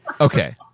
Okay